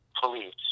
police